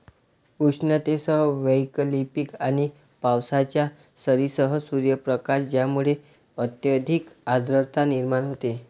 उष्णतेसह वैकल्पिक आणि पावसाच्या सरींसह सूर्यप्रकाश ज्यामुळे अत्यधिक आर्द्रता निर्माण होते